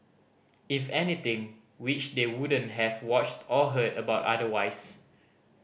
if anything which they wouldn't have watched or heard about otherwise